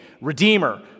Redeemer